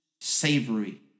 savory